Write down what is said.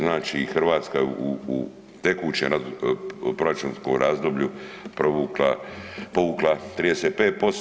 Znači Hrvatska u tekućem proračunskom razdoblju povukla 35%